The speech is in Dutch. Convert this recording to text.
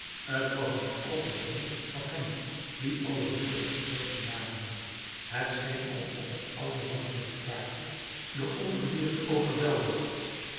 t was een geopend hol voor hem wien alle deuren gesloten waren het scheen alsof het oude wankele gevaarte door ongedierte overweldigd